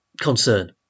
concern